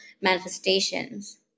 manifestations